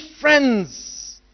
friends